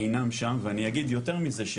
אינם שם ואני אגיד יותר מזה,